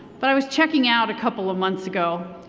but i was checking out a couple of months ago,